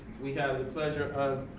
we have the pleasure of,